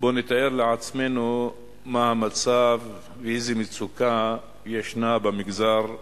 בואו נתאר לעצמנו מה המצב ואיזו מצוקה ישנה במגזר הערבי.